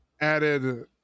added